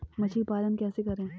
मछली पालन कैसे करें?